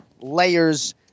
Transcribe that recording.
Layers